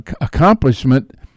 accomplishment